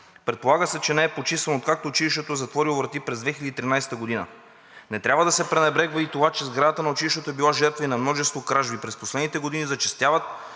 Предполага се, че не е почистван, откакто училището е затворило врати през 2013 г. Не трябва да се пренебрегва и това, че сградата на училището е била жертва и на множество кражби. През последните години зачестяват